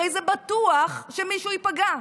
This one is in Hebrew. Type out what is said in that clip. הרי בטוח שמישהו ייפגע.